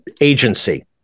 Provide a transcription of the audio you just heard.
agency